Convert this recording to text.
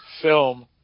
film